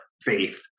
faith